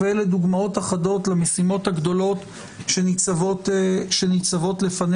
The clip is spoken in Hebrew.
אלה דוגמאות אחדות למשימות הגדולות שניצבות לפנינו.